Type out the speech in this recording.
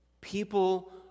People